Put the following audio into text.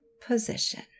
position